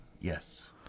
Yes